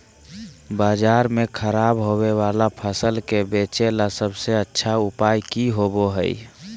बाजार में खराब होबे वाला फसल के बेचे ला सबसे अच्छा उपाय की होबो हइ?